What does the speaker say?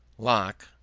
locke,